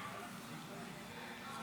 בבקשה, אדוני.